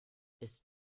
ist